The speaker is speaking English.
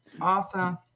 awesome